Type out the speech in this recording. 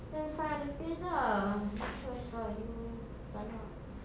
then find other place lah no choice lah you tak nak